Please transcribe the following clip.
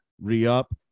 re-up